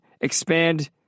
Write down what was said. expand